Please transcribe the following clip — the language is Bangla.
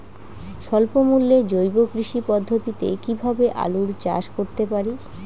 স্বল্প মূল্যে জৈব কৃষি পদ্ধতিতে কীভাবে আলুর চাষ করতে পারি?